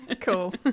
cool